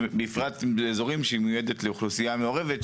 ובפרט באזורים שבהם היא מיועדת לאוכלוסייה מעורבת,